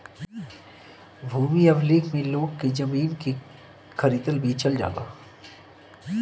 भूमि अभिलेख में लोग के जमीन के खरीदल बेचल जाला